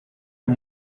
con